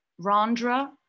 Rondra